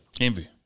envy